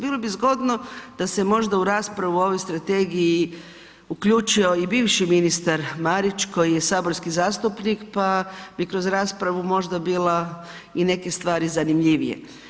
Bilo bi zgodno da se možda u raspravu o ovoj strategiji uključio i bivši ministar Marić koji je saborski zastupnik pa bi kroz raspravu bila i neke stvari zanimljivije.